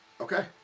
okay